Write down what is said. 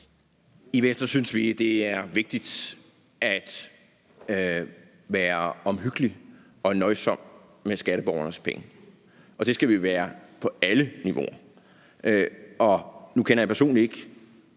I Venstre synes vi, det er vigtigt at være omhyggelig og nøjsom med skatteborgernes penge, og det skal vi være på alle niveauer. Nu kender jeg personligt ikke